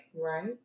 Right